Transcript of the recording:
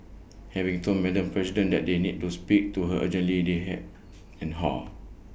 having told Madam president that they need to speak to her urgently they hem and haw